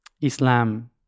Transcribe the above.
Islam